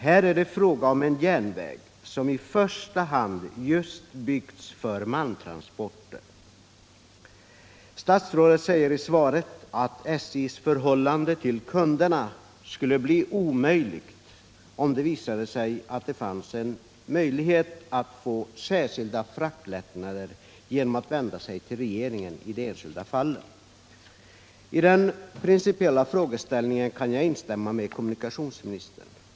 Här är det fråga om en järnväg som i första hand byggts just för malmtransporter. Statsrådet säger i svaret att SJ:s förhållande till kunderna skulle bli omöjligt om det visade sig att det fanns en möjlighet att få särskilda fraktlättnader genom att vända sig till regeringen i de enskilda fallen. I den principiella frågeställningen kan jag instämma med kommunikationsministern.